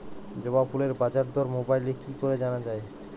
জবা ফুলের বাজার দর মোবাইলে কি করে জানা যায়?